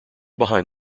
behind